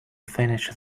finish